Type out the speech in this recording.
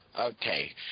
Okay